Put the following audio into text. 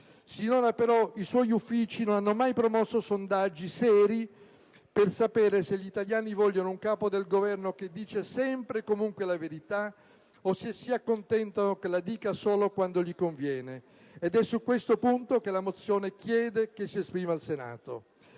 Sinora, però, i suoi uffici non hanno mai promosso sondaggi seri per sapere se gli italiani vogliono un Capo del Governo che dice sempre e comunque la verità o se si accontentano che la dica solo quando gli conviene. Ed è su questo punto che la mozione chiede che si esprima il Senato.